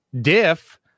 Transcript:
Diff